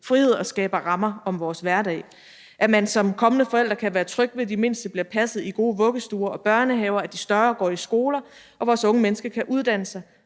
frihed og skaber rammer om vores hverdag: at man som kommende forældre kan være tryg ved, at de mindste bliver passet i gode vuggestuer og børnehaver og de større går i skole, og at vores unge mennesker kan uddanne sig,